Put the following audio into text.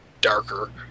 darker